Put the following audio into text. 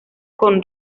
con